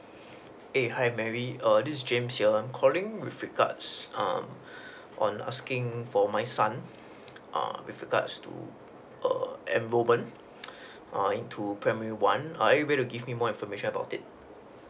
!hey! hi mary err this james here I'm calling with regard um on asking for my son err with regard to err enrolment err into primary one err are you able to give me more information about it